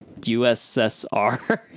USSR